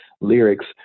lyrics